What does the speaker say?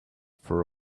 for